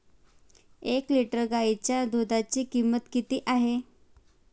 एक लिटर गाईच्या दुधाची किंमत किती आहे?